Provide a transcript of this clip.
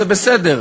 זה בסדר,